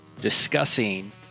discussing